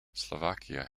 slovakia